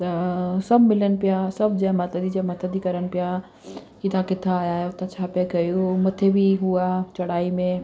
त सभु मिलनि पिया सभु जय माता दी जय माता दी करनि पिया हितां किथां आया आहियो छा पिया कयो मथे बि हू आहे चढ़ाई में